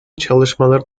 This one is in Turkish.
çalışmaları